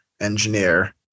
engineer